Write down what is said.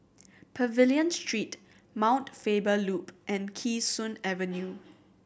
Pavilion Street Mount Faber Loop and Kee Sun Avenue